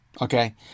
Okay